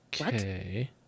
Okay